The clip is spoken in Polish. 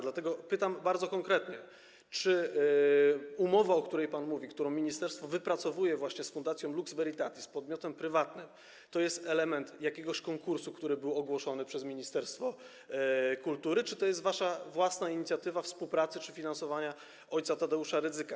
Dlatego pytam bardzo konkretnie: Czy umowa, o której pan mówi, którą ministerstwo wypracowuje właśnie z Fundacją Lux Veritatis, podmiotem prywatnym, to jest element jakiegoś konkursu, który był ogłoszony przez ministerstwo kultury, czy to jest wasza własna inicjatywa współpracy czy finansowania ojca Tadeusza Rydzyka?